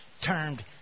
termed